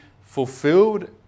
fulfilled